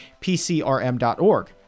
pcrm.org